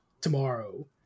tomorrow